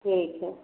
ठीक है